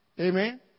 Amen